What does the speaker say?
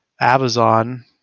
Amazon